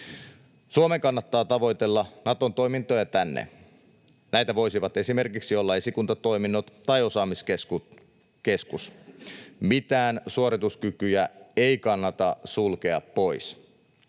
Suomen kannattaa tavoitella Naton toimintoja tänne. Näitä voisivat esimerkiksi olla esikuntatoiminnot tai osaamiskeskus. Mitään suorituskykyjä ei kannata sulkea pois.